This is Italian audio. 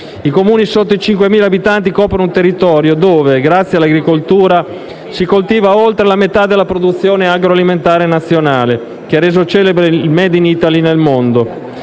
I Comuni sotto i 5.000 abitanti coprono un territorio dove, grazie all'agricoltura, si coltiva oltre la metà della produzione agroalimentare nazionale, che ha reso celebre il *made in Italy* nel mondo.